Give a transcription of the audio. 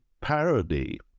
parody